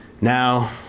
Now